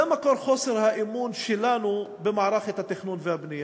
זה מקור לחוסר האמון שלנו במערכת התכנון והבנייה.